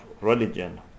religion